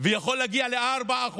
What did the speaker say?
ויכול להגיע ל-4%.